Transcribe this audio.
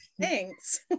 Thanks